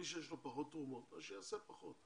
מי שיש לו פחות תרומות אז שיעשה פחות,